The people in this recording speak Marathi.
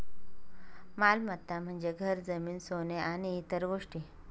मालमत्ता म्हणजे घर, जमीन, सोने आणि इतर गोष्टी